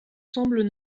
semblent